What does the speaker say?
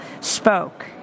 spoke